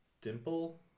dimple